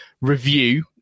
review